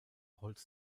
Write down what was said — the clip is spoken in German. holz